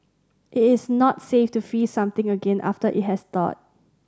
it is not safe to freeze something again after it has thawed